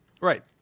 right